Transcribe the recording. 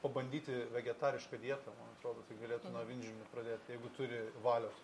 pabandyti vegetarišką dietą man atrodo tai galėtų nuo avinžirnių pradėt jeigu turi valios